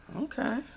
okay